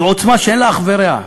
זו עוצמה שאין לה אח ורע.